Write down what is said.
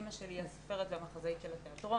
אמא שלי היא הסופרת והמחזאית של התיאטרון,